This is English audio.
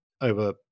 over